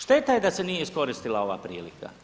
Šteta je da se nije iskoristila ova prilika.